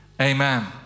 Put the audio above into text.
amen